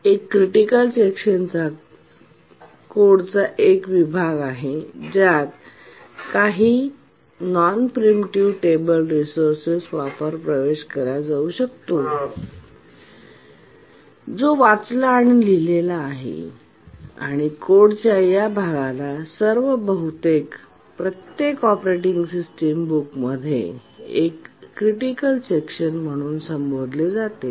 एक critical section कोडचा एक विभाग आहे ज्यात काही नॉन प्रीएमटीव टेबल रेसोर्सेस वापर प्रवेश केला जातो जो वाचला आणि लिहिलेला आहे आणि कोडच्या या भागाला सर्व बहुतेक प्रत्येक ऑपरेटिंग सिस्टम बुकमध्ये एक क्रिटिकल सेक्शन म्हणून संबोधले जाते